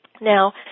Now